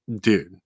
Dude